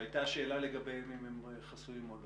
שהייתה שאלה לגביהם אם הם חסויים או לא.